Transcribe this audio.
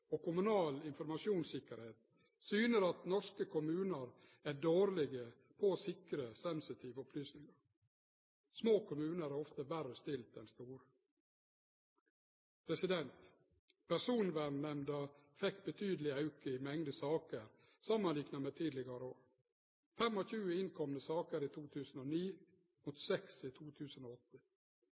og Kommunal Informasjonssikkerhet syner at norske kommunar er dårlege på å sikre sensitive opplysningar. Små kommunar er ofte verre stilte enn store. Personvernnemnda fekk betydeleg auke i talet på saker samanlikna med tidlegare år: 25 innkomne saker i 2009 mot seks i 2008.